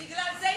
בגלל זה,